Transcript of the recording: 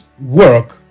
work